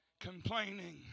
Complaining